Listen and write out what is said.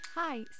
Hi